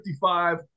55